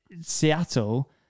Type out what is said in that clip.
Seattle